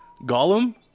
Gollum